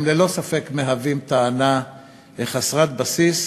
הם ללא ספק מהווים טענה חסרת בסיס,